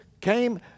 came